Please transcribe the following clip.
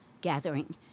Gathering